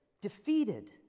defeated